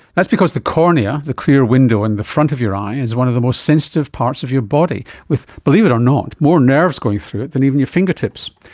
that's because the cornea, the clear window in the front of your eye is one of the most sensitive parts of your body with, believe it or not, more nerves going through it than even your fingertips.